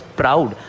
proud